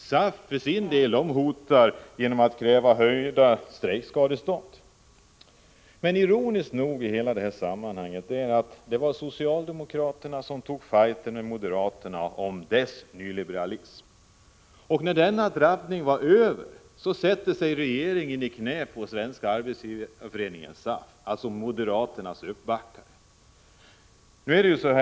SAF för sin del hotar genom att kräva höjda strejkskadestånd. Ironiskt nog i sammanhanget var det socialdemokraterna som tog fajten med moderaterna om deras nyliberalism. När den drabbningen är över sätter sig regeringen i knät på Svenska Arbetsgivareföreningen, alltså moderaternas uppbackare.